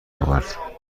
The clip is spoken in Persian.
آورد